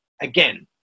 again